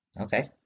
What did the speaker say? Okay